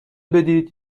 بدید